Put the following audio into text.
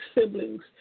siblings